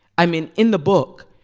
i mean, in the book,